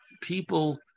people